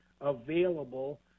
available